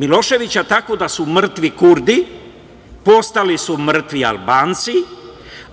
Miloševića, tako da su mrtvi Kurdi postali mrtvi Albanci,